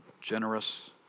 generous